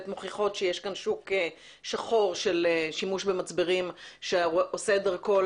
מוכיחות שיש כאן שוק שחור של שימוש במצברים שעושה את דרכו